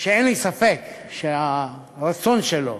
ואין לי ספק שהרצון שלך